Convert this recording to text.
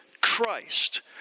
Christ